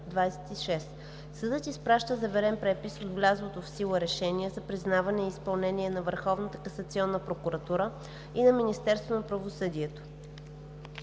Съдът изпраща заверен препис от влязлото в сила решение за признаване и изпълнение на Върховната касационна прокуратура и на Министерството на правосъдието.